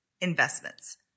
investments